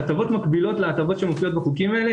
הטבות מקבילות שמופיעות בחוקים האלה.